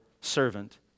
servant